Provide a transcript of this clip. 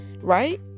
right